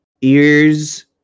ears